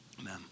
amen